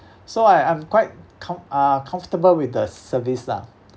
so I am quite com~ uh comfortable with the service lah